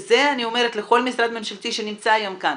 זה אני אומרת לכל משרד ממשלתי שנמצא היום כאן,